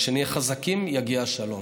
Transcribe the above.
כשנהיה חזקים יגיע השלום.